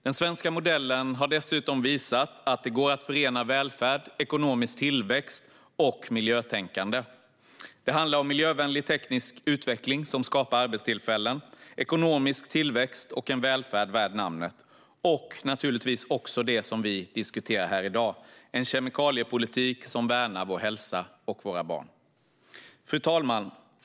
Den svenska modellen har dessutom visat att det går att förena välfärd, ekonomisk tillväxt och miljötänkande. Det handlar om miljövänlig teknisk utveckling som skapar arbetstillfällen, ekonomisk tillväxt och en välfärd värd namnet. Det handlar naturligtvis också om det som vi diskuterar i dag: en kemikaliepolitik som värnar vår hälsa och våra barn. Fru talman!